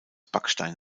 backstein